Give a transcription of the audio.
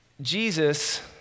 Jesus